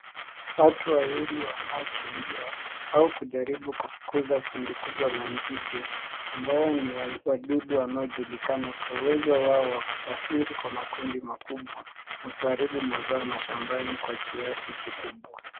Watu wawili wanaokimbia au kujaribu kufukuza kundi kubwa la nzige, ambao ni wadudu wanao julikana kwa uwezo wao wa kusafiri kwa makundi makubwa na kuharibu mazao mashambani kwa kiasi kikubwa.